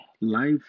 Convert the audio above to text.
life